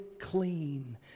clean